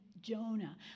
Jonah